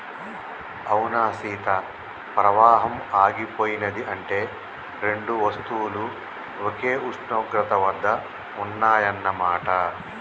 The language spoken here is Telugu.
అవునా సీత పవాహం ఆగిపోయినది అంటే రెండు వస్తువులు ఒకే ఉష్ణోగ్రత వద్ద ఉన్నాయన్న మాట